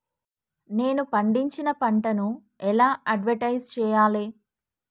నేను పండించిన పంటను ఎలా అడ్వటైస్ చెయ్యాలే?